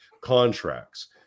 contracts